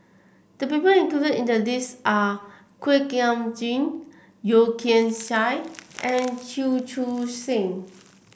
the people included in the list are Kuak Nam Jin Yeo Kian Chai and Chew Choo Seng